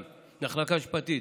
גם היא מהמחלקה המשפטית,